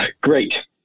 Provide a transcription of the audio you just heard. Great